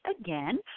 again